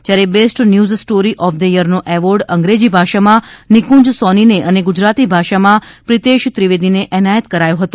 જ્યારે બાષ્ટ news story of the થરનો એવોર્ડ અંગ્રષ્ઠ ભાષામાં નિકુંજ સોનીન અન ગુજરાતી ભાષામાં પ્રિતષ્વ ત્રિવદીન એનાયત કરાયો હતો